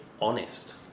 honest